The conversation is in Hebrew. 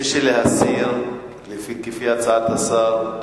מי שרוצה להסיר, לפי הצעת השר,